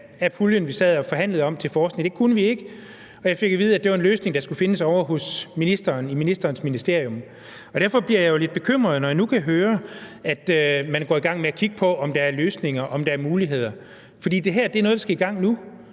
af puljen, vi sad og forhandlede om, til forskning. Men det kunne vi ikke; jeg fik at vide, at det var en løsning, der skulle findes ovre hos ministeren, i ministerens ministerium. Derfor bliver jeg jo lidt bekymret, når jeg nu kan høre, at man nu går i gang med at kigge på, om der er løsninger, om der er muligheder. For det her er noget, der skal i gang nu.